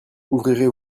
ouvrirez